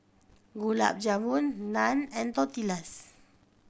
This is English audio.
Gulab Jamun Naan and Tortillas